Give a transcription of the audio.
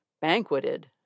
Banqueted